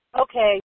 okay